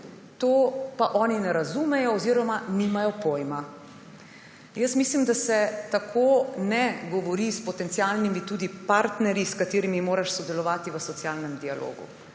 pa oni ne razumejo oziroma nimajo pojma. Jaz mislim, da se tako ne govori s potencialnimi partnerji, s katerimi moraš sodelovati v socialnem dialogu.